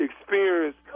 experience